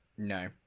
No